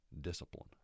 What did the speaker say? discipline